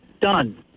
done